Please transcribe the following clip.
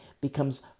becomes